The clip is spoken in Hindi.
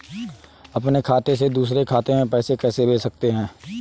अपने खाते से दूसरे खाते में पैसे कैसे भेज सकते हैं?